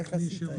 איך עשית את זה?